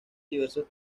diversos